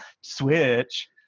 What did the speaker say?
Switch